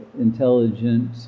intelligent